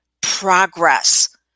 progress